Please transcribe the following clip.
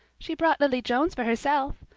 she brought lily jones for herself.